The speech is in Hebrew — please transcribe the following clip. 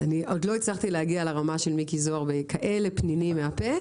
אני עוד לא הצלחתי להגיע לרמה של מיקי זוהר ולכאלה פנינים מהפה,